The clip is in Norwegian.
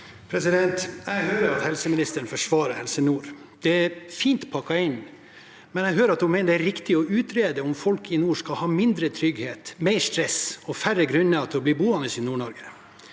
Jeg hører at helse- ministeren forsvarer Helse Nord. Det er fint pakket inn, men jeg hører at hun mener det er riktig å utrede om folk i nord skal ha mindre trygghet, mer stress og færre grunner til å bli boende i Nord-Norge.